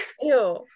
Ew